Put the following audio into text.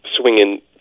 swinging